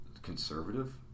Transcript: conservative